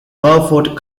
beaufort